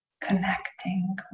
connecting